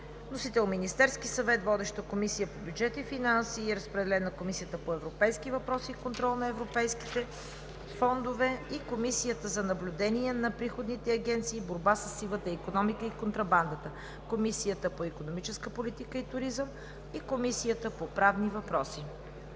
Вносител: Министерският съвет. Водеща е Комисията по бюджет и финанси. Разпределен е на Комисията по европейски въпроси и контрол на европейските фондове и Комисията за наблюдение на приходните агенции и борба със сивата икономика и контрабандата, Комисията по икономическа политика и туризъм и Комисията по правни въпроси.